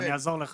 אני אעזור לך.